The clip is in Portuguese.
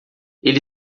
ele